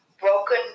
Broken